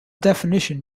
definition